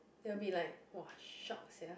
it will be like !wah! shiok sia